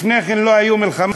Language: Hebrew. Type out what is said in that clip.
לפני כן לא היו מלחמות,